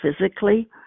physically